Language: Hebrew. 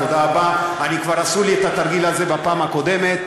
תודה רבה, כבר עשו לי את התרגיל הזה בפעם הקודמת.